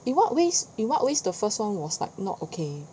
in what ways in what ways the first one was like not okay